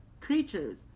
creatures